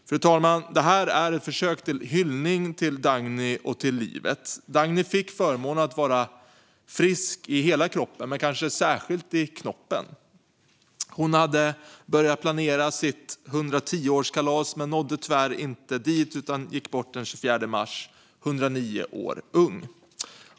Fru talman! Det här är ett försök till hyllning till Dagny och till livet. Dagny fick förmånen att vara frisk i hela kroppen, men kanske särskilt i knoppen. Hon hade börjat planera sitt 110-årskalas men nådde tyvärr inte dit utan gick bort den 24 mars, 109 år ung.